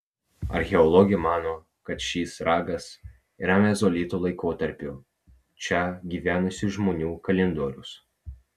archeologė mano kad šis ragas yra mezolito laikotarpiu čia gyvenusių žmonių kalendorius